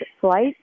Flight